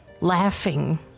laughing